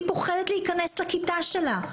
היא פוחדת להיכנס לכיתה שלה,